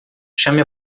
chame